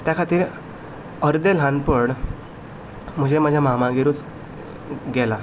त्या खातीर अर्दें ल्हानपण म्हजें म्हाज्या मामागेरूच गेलां